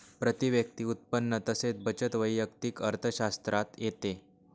प्रती व्यक्ती उत्पन्न तसेच बचत वैयक्तिक अर्थशास्त्रात येते